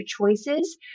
choices